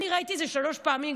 אני ראיתי את זה שלוש פעמים,